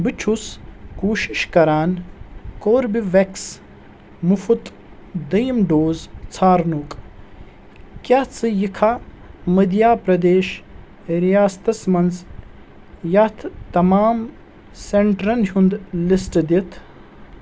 بہٕ چھُس کوٗشِش کران کوربِویٚکس مُفٕط دٔیُم ڈوز ژھارنُک، کیٛاہ ژٕ یِکھا مٔدھیہ پرٛدیش ریاستس مَنٛز یتھ تمام سینٹرن ہُنٛد لسٹ دِتھ؟